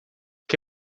che